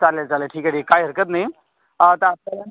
चालेल चालेल ठीक आहे ठीक काय हरकत नही तर आपल्याला